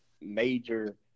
major –